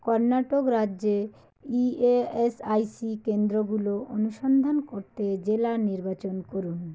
কর্ণাটক রাজ্যে ইএএসআইসি কেন্দ্রগুলো অনুসন্ধান করতে জেলা নির্বাচন করুন